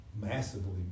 massively